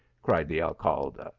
cried the alcalde.